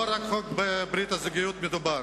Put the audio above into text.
ולא רק בחוק ברית הזוגיות מדובר.